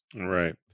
Right